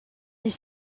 est